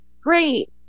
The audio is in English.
Great